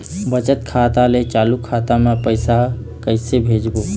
बचत खाता ले चालू खाता मे कैसे पैसा ला भेजबो?